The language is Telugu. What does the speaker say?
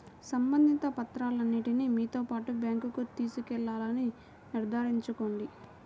సంబంధిత పత్రాలన్నింటిని మీతో పాటు బ్యాంకుకు తీసుకెళ్లాలని నిర్ధారించుకోండి